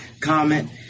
comment